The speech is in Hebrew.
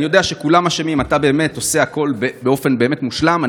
אני יודע שכולם אשמים ואתה עושה הכול באופן באמת מושלם.